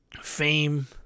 fame